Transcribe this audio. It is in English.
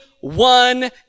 one